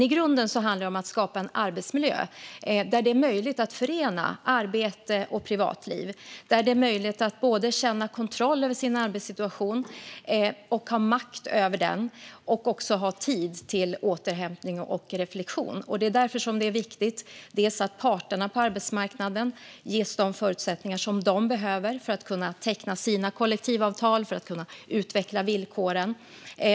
I grunden handlar det som att skapa en arbetsmiljö där det är möjligt att förena arbete och privatliv och där det är möjligt att både känna kontroll över sin arbetssituation, ha makt över den och också ha tid till återhämtning och reflektion. Det är därför som det är viktigt att parterna på arbetsmarknaden ges de förutsättningar som de behöver för att kunna teckna sina kollektivavtal för att kunna utveckla villkoren.